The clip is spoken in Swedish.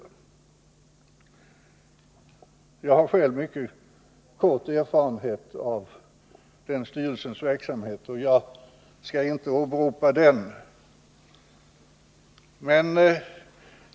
Detta tycker jag är mycket viktigt. Själv har jag mycket kort erfarenhet av styrelsens verksamhet och skall inte åberopa min erfarenhet.